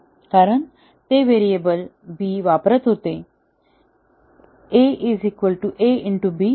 कारण ते variable b वापरत होते a a b